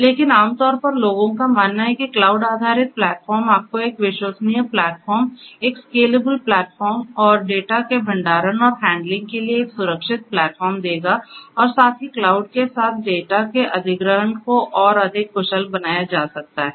लेकिन आम तौर पर लोगों का मानना है कि क्लाउड आधारित प्लेटफॉर्म आपको एक विश्वसनीय प्लेटफॉर्म एक स्केलेबल प्लेटफॉर्म और डेटा के भंडारण और हैंडलिंग के लिए एक सुरक्षित प्लेटफॉर्म देगा और साथ ही क्लाउड के साथ डेटा के अधिग्रहण को और अधिक कुशल बनाया जा सकता है